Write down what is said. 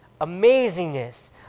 amazingness